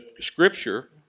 scripture